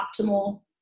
optimal